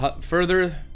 further